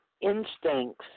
instincts